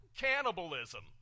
cannibalism